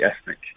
Ethnic